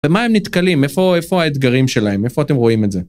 במה הם נתקלים? איפה האתגרים שלהם? איפה אתם רואים את זה?